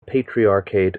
patriarchate